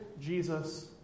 Jesus